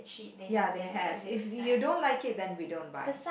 ya they have if you don't like it then we don't buy